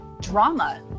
drama